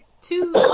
Two